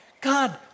God